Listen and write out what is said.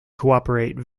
cooperate